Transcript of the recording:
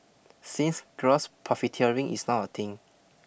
since gross profiteering is now a thing